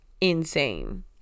insane